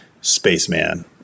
Spaceman